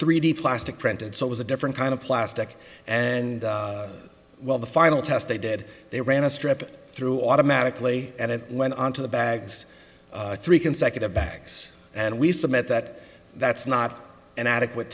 three d plastic printed so it was a different kind of plastic and while the final test they did they ran a strip through automatically and it went on to the bags three consecutive bags and we submit that that's not an adequate